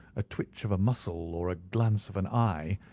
a twitch of a muscle or a glance of an eye,